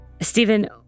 Stephen